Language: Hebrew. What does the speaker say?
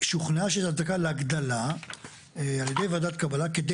"שוכנע להגדלה על ידי ועדת קבלה כדי